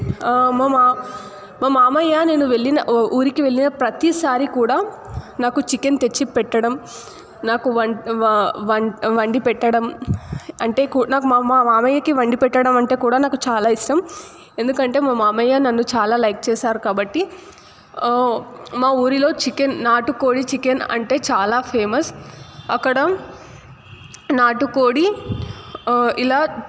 మా మామ మా మామయ్య నేను వెళ్లిన ఊరికి వెళ్ళిన ప్రతిసారి కూడా నాకు చికెన్ తెచ్చి పెట్టడం నాకు వం వండి పెట్టడం అంటే నాకు మా మామయ్యకి వండి పెట్టడం అంటే కూడా నాకు చాలా ఇష్టం ఎందుకంటే మా మామయ్య నన్ను లైక్ చేస్తారు కాబట్టి మా ఊరిలో చికెన్ నాటు కోడి చికెన్ అంటే చాలా ఫేమస్ అక్కడ నాటుకోడి ఇలా